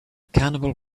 cannibal